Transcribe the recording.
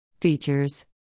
Features